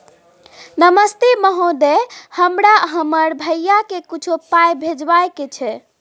नमस्ते महोदय, हमरा हमर भैया के कुछो पाई भिजवावे के छै?